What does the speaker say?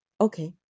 okay